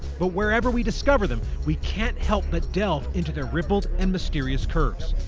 but where ever we discover them, we can't help but delve into their rippled and mysterious curves.